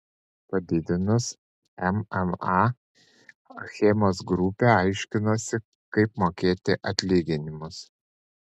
padidinus mma achemos grupė aiškinosi kaip mokėti atlyginimus